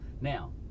Now